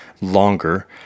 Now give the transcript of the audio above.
longer